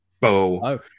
Bo